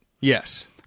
Yes